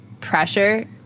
pressure